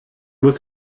muss